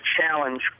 challenge